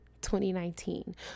2019